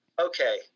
Okay